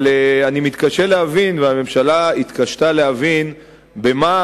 אבל אני מתקשה להבין והממשלה התקשתה להבין במה